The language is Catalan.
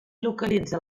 localitza